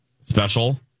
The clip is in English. special